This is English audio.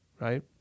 Right